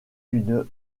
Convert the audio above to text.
une